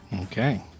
Okay